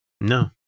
No